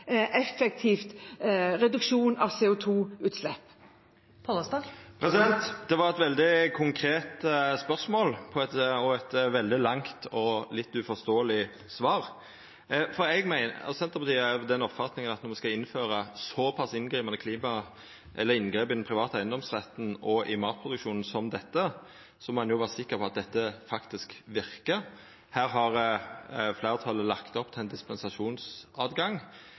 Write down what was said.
veldig konkret spørsmål og eit veldig langt og litt uforståeleg svar. Senterpartiet er av den oppfatninga at når me skal gjera såpass omfattande inngrep i den private eigedomsretten og i matproduksjonen som dette, må ein vera sikker på at det faktisk verkar. Her har fleirtalet lagt opp